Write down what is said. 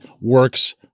works